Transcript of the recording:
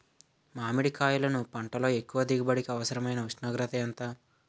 మామిడికాయలును పంటలో ఎక్కువ దిగుబడికి అవసరమైన ఉష్ణోగ్రత ఎంత?